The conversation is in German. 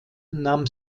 nahm